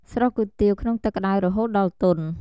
ស្រុះគុយទាវ ក្នុងទឹកក្តៅរហូតដល់ទន់។